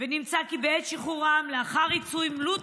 ונמצא כי בעת שחרורם לאחר ריצוי מלוא